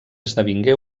esdevingué